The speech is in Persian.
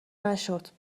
نشد